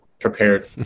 prepared